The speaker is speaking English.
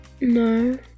No